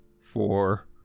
Four